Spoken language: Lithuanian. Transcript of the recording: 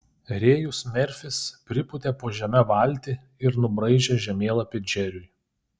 rėjus merfis pripūtė po žeme valtį ir nubraižė žemėlapį džeriui